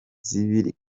zibiri